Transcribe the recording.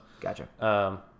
Gotcha